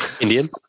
indian